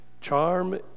Charm